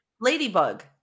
Ladybug